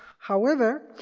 however,